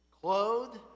Clothed